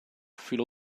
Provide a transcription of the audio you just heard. filo